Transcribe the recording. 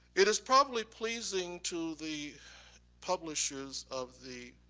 it is probably pleasing to the publishers of the